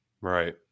Right